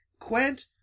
Quent